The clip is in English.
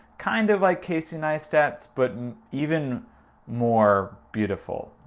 kind of like casey neistat's but and even more beautiful.